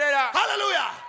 Hallelujah